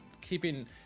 keeping